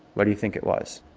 what do you think it was?